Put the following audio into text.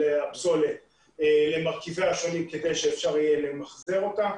הפסולת למרכיביה השונים כדי שאפשר יהיה למחזר אותה.